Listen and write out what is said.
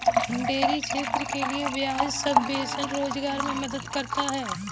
dairy क्षेत्र के लिये ब्याज सबवेंशन रोजगार मे मदद करता है